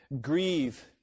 Grieve